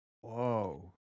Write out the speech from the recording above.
Whoa